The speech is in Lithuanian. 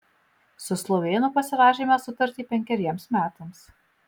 su slovėnu pasirašėme sutartį penkeriems metams